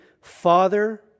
Father